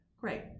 Great